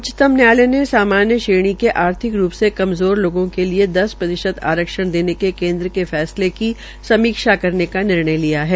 उच्चतम न्यायालय ने सामान्य श्रेणी के आर्थिक रूप से कमजोर लोगों के लिये दस प्रतिशत आरक्षण देने के केन्द्र के फैसले की सीमक्षा करने का निर्णय लिया है